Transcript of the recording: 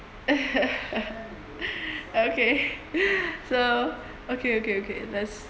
okay so okay okay okay let's